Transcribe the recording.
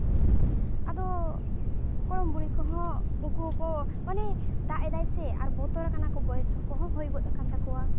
ᱟᱫᱚ ᱜᱚᱲᱚᱢ ᱵᱩᱲᱦᱤ ᱠᱚᱦᱚᱸ ᱩᱱᱠᱩ ᱦᱚᱸᱠᱚ ᱢᱟᱱᱮ ᱫᱟᱜ ᱮᱫᱟᱭ ᱥᱮ ᱟᱨ ᱵᱚᱛᱚᱨᱟᱠᱟᱱᱟᱠᱚ ᱵᱚᱭᱮᱥ ᱠᱚᱦᱚᱸ ᱦᱩᱭ ᱜᱚᱫ ᱟᱠᱟᱱ ᱛᱟᱠᱚᱣᱟ